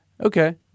Okay